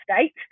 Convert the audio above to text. state